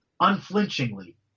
unflinchingly